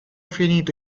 finito